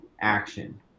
action